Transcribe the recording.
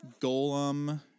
Golem